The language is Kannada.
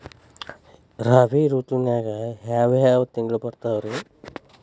ರಾಬಿ ಋತುವಿನಾಗ ಯಾವ್ ಯಾವ್ ತಿಂಗಳು ಬರ್ತಾವ್ ರೇ?